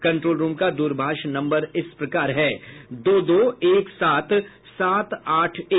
control room का दूरभाष number इस प्रकार है दो दो एक सात सात आठ एक